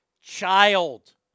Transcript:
child